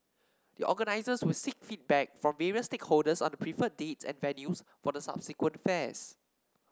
the organisers will seek feedback from various stakeholders on the preferred dates and venues for the subsequent fairs